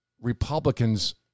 Republicans